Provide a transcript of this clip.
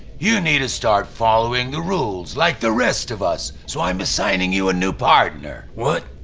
you need to start following the rules like the rest of us, so i'm assigning you a new partner. what?